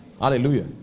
Hallelujah